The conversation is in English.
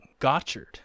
gotchard